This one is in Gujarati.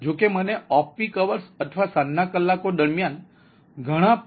જો કે મને ઓફપીક અવર્સ અથવા સાંજના કલાકો દરમિયાન ઘણા પુનઃઉપયોગની જરૂર પડી શકે છે